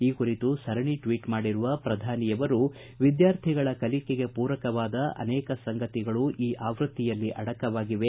ಈ ಕುರಿತು ಸರಣಿ ಟ್ವೀಟ್ ಮಾಡಿರುವ ಪ್ರಧಾನಿ ಅವರು ವಿದ್ವಾರ್ಥಿಗಳ ಕಲಿಕೆಗೆ ಪೂರಕವಾದ ಅನೇಕ ಸಂಗತಿಗಳು ಈ ಆವೃತ್ತಿಯಲ್ಲಿ ಅಡಕವಾಗಿವೆ